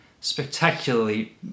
spectacularly